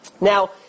Now